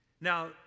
Now